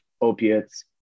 opiates